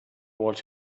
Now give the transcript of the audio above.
what